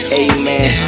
amen